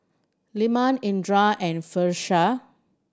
Leman Indra and Firash